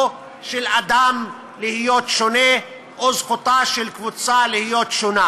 של אדם להיות שונה או על זכותה של קבוצה להיות שונה.